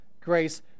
grace